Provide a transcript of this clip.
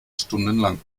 stundenlang